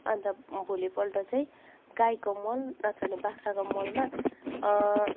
अन्त भोलिपल्ट चाहिँ गाईको मल नत्र भने बाख्राको मलमा